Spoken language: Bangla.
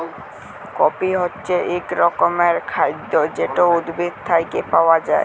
কফি হছে ইক রকমের খাইদ্য যেট উদ্ভিদ থ্যাইকে পাউয়া যায়